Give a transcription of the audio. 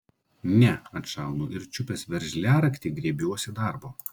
ne atšaunu ir čiupęs veržliaraktį griebiuosi darbo